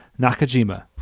Nakajima